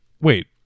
Wait